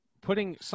putting